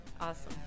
Awesome